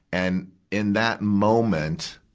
and in that moment,